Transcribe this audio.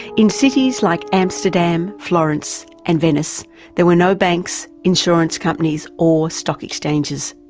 in cities like amsterdam, florence and venice there were no banks, insurance companies or stock exchanges,